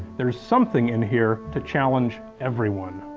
there's something in here to challenge everyone.